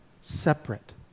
separate